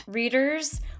Readers